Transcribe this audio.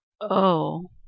Oh